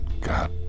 God